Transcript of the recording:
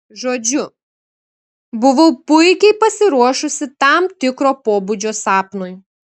žodžiu buvau puikiai pasiruošusi tam tikro pobūdžio sapnui